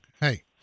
hey